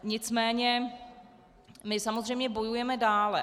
Nicméně my samozřejmě bojujeme dále.